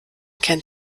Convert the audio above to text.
kennt